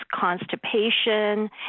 constipation